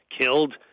killed